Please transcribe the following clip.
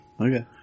Okay